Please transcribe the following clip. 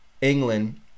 England